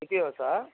Etios ఆ